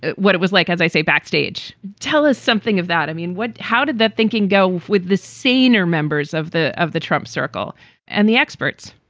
what it was like, as i say backstage. tell us something of that. i mean, what how did that thinking go with the senior members of the of the trump circle and the experts?